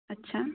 अच्छा